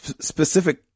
specific